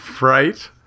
Right